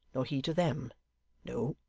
nor he to them no,